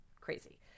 crazy